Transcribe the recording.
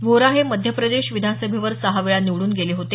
व्होरा हे मध्यप्रदेश विधानसभेवर सहा वेळा निवडून गेले होते